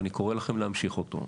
ואני קורא לכם להמשיך אותו.